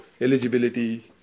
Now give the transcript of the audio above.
eligibility